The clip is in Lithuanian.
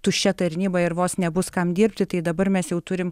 tuščia tarnyba ir vos nebus kam dirbti tai dabar mes jau turim